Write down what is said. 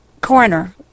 coroner